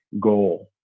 goal